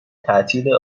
تعطیل